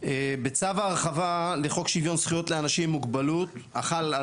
בצו הרחבה לחוק שוויון זכויות לאנשים עם מוגבלות החל על